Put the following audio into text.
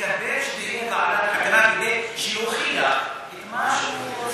נקווה שתהיה ועדת חקירה כדי שיוכיח את מה שהוא רוצה,